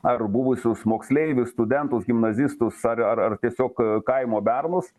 ar buvusius moksleivius studentus gimnazistus ar ar ar tiesiog kaimo bernus